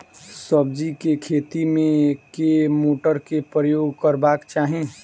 सब्जी केँ खेती मे केँ मोटर केँ प्रयोग करबाक चाहि?